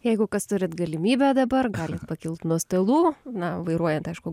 jeigu kas turit galimybę dabar galit pakilt nuo stalų na vairuojant aišku